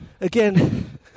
Again